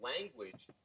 language